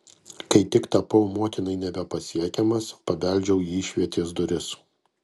kai tik tapau motinai nebepasiekiamas pabeldžiau į išvietės duris